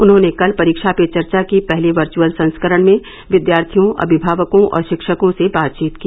उन्होंने कल परीक्षा पे चर्चा के पहले वर्चुअल संस्करण में विद्यार्थियों अमिमावकों और शिक्षकों से बातचीत की